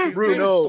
Bruno